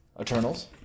Eternals